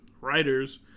writers